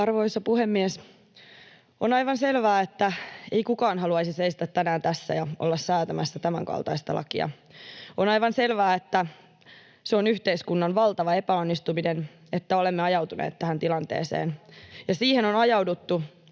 Arvoisa puhemies! On aivan selvää, että ei kukaan haluaisi seistä tänään tässä ja olla säätämässä tämänkaltaista lakia. On aivan selvää, että se on yhteiskunnan valtava epäonnistuminen, että olemme ajautuneet tähän tilanteeseen. [Lulu Ranteen välihuuto]